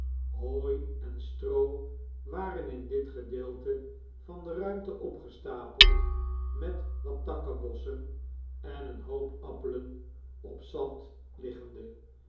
hooi en stroo waren in dit gedeelte van de ruimte opgestapeld met wat takkebossen en een hoop appelen op zand liggende